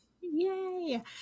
Yay